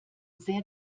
sehr